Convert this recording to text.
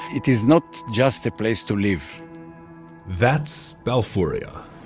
it is not just a place to live that's balfouria